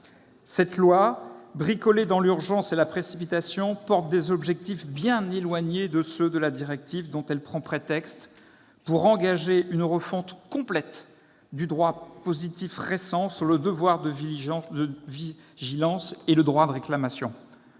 de loi, bricolée dans l'urgence et la précipitation, porte des objectifs bien éloignés de ceux de la directive dont elle prend prétexte, pour engager une refonte complète du droit positif récent sur le devoir de vigilance et le droit de réclamation.